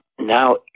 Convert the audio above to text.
now